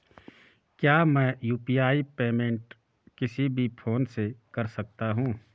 क्या मैं UPI payment किसी भी फोन से कर सकता हूँ?